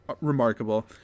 remarkable